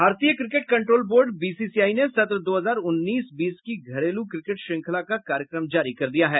भारतीय cricket control board BCCI ने सत्र दो हजार उन्नीस बीस की घरेलू क्रिकेट श्रुख्ला का कार्यक्रम जारी कर दिया है